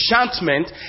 enchantment